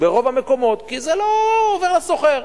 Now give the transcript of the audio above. ברוב המקומות, כי זה לא עובר לסוחר.